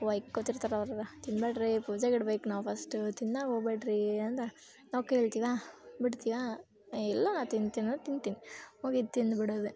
ಬೈಕೊತಿರ್ತಾರ್ ಅವರೆಲ್ಲ ತಿನ್ಬೇಡ್ರಿ ಪೂಜೆಗೆ ಇಡ್ಬೇಕು ನಾವು ಫಸ್ಟ್ ತಿನ್ನ ಹೋಗ್ಬ್ಯಾಡ್ರೀ ಅಂದು ನಾವು ಕೇಳ್ತೀವಾ ಬಿಡ್ತೀವಾ ಏ ಇಲ್ಲ ನಾ ತಿಂತಿನಂದ್ರೆ ತಿಂತೀನಿ ಹೋಗಿ ತಿಂದು ಬಿಡೋದೇ